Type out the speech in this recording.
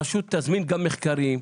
הרשות תזמין גם מחקרים,